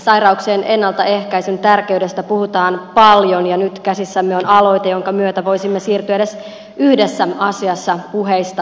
sairauksien ennaltaehkäisyn tärkeydestä puhutaan paljon ja nyt käsissämme on aloite jonka myötä voisimme siirtyä edes yhdessä asiassa puheista tekoihin